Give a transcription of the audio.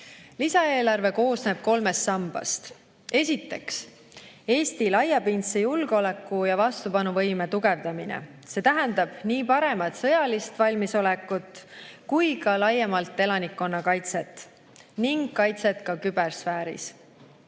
Lisaeelarve koosneb kolmest sambast. Esiteks, Eesti laiapindse julgeoleku ja vastupanuvõime tugevdamine. See tähendab nii paremat sõjalist valmisolekut kui ka laiemalt elanikkonnakaitset ja kaitset kübersfääris.